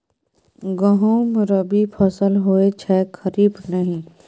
गहुम रबी फसल होए छै खरीफ नहि